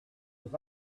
was